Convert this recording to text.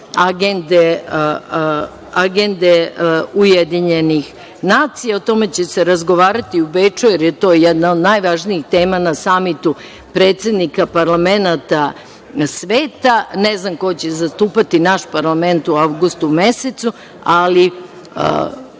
agende UN. O tome će se razgovarati u Beču, jer je to jedna od najvažnijih tema na samitu predsednika parlamenata sveta. Ne znam ko će zastupati naš parlament u avgustu mesecu, ali